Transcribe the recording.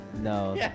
no